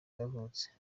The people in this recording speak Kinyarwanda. yavutse